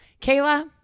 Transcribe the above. Kayla